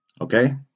Okay